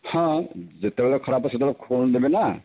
ହଁ ଯେତେବେଳ ଖରାପ ସେତେବେଳ ଖୁଆନ୍ତିନି ନା